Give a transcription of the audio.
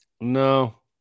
no